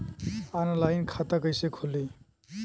Online खाता कइसे खुली?